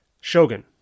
shogun